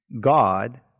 God